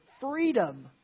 freedom